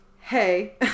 hey